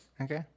okay